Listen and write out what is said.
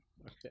okay